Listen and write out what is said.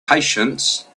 patience